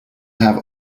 have